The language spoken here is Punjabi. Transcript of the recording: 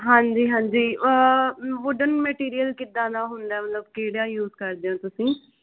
ਹਾਂਜੀ ਹਾਂਜੀ ਵੂਡਨ ਮਟੀਰੀਅਲ ਕਿੱਦਾਂ ਦਾ ਹੁੰਦਾ ਮਤਲਬ ਕਿਹੜਾ ਯੂਜ ਕਰਦੇ ਹੋ ਤੁਸੀਂ